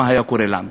מה היה קורה לנו.